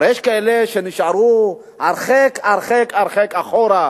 אבל יש כאלה שנשארו הרחק הרחק מאחור.